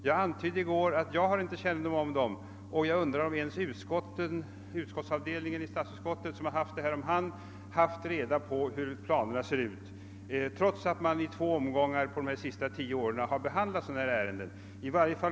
Jag antydde i går att jag inte känner till dem, och jag undrar om ens den avdelning inom statsutskottet som har haft hand om ärendet har haft reda på hur planerna ser ut, trots att man i två omgångar under de senaste tio åren har behandlat hithörande ärenden.